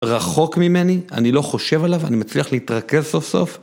רחוק ממני, אני לא חושב עליו, אני מצליח להתרכז סוף סוף.